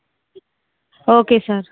okay sir